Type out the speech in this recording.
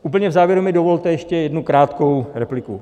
Úplně v závěru mi dovolte ještě jednu krátkou repliku.